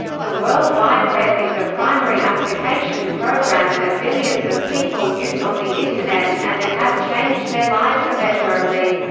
the world wide web is a primary application program that billions of people use on the internet, and it has changed their lives immeasurably.